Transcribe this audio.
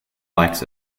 likes